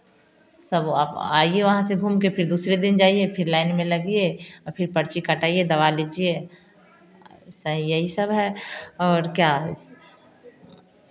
सब आप आईए वहाँ से घूम कर फिर दूसरे दिन जाईए फिर लाइन में लगिए और फिर पर्ची कटाईए दवा लीजिए सही यही सब है और क्या